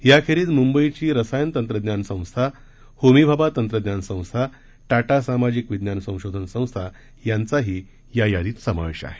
याखेरीज मुंबईची रसायन तंत्रज्ञान संस्था होमीभाभा तंत्रज्ञान संस्था टाटा सामाजिक विज्ञान संशोधन संस्था यांचाही या यादीत समावेश आहे